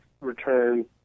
return